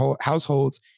households